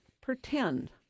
pretend